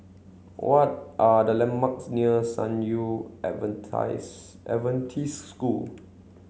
what are the landmarks near San Yu Adventist School